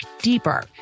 deeper